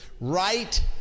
right